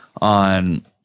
on